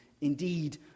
Indeed